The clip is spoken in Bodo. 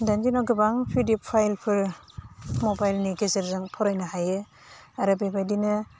दानि दिनाव गोबां पिडिएफ फाइलफोर मबाइलनि गेजेरजों फरायनो हायो आरो बेबायदिनो